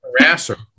harasser